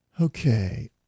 okay